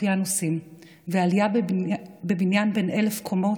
אוקיינוסים ועלייה בבניין בן אלף קומות,